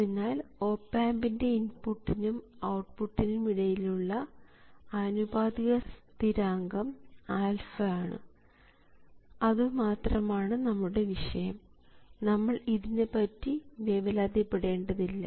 അതിനാൽ ഓപ് ആമ്പിൻറെ ഇൻപുട്ടിനും ഔട്ട്പുട്ടിനും ഇടയിലുള്ള ആനുപാതിക സ്ഥിരാങ്കം α ആണ് ഇതു മാത്രമാണ് നമ്മുടെ വിഷയം നമ്മൾ ഇതിനെപ്പറ്റി വേവലാതിപ്പെടേണ്ടതില്ല